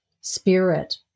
spirit